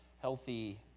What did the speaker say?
healthy